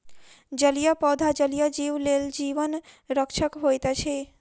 जलीय पौधा जलीय जीव लेल जीवन रक्षक होइत अछि